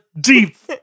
deep